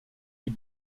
est